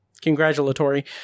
congratulatory